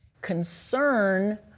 concern